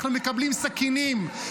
אנחנו מקבלים סכינים,